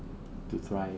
to try